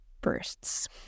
bursts